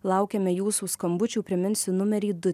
laukiame jūsų skambučių priminsiu numerį du